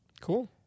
Cool